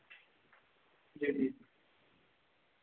जी जी